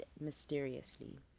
mysteriously